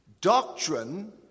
Doctrine